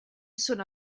sono